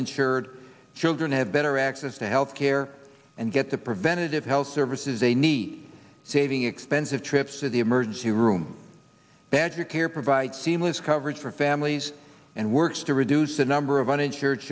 insured children have better access to health care and get the preventive health services they need saving expensive trips to the emergency room badger care provide seamless coverage for families and works to reduce the number of uninsured